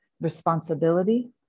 responsibility